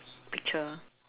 picture